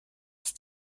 ist